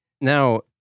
Now